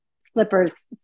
slippers